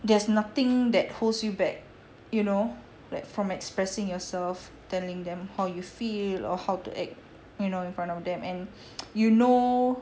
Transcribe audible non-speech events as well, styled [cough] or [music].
there's nothing that holds you back you know like from expressing yourself telling them how you feel or how to act you know in front of them and [noise] you know